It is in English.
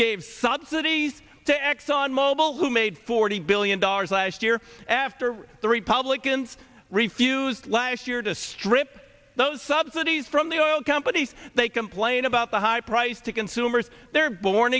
gave subsidies to exxon mobil who made forty billion dollars last year after the republicans refused last year to strip those subsidies from the oil companies they complain about the high price to consumers they're born